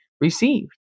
received